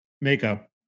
makeup